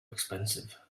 expensive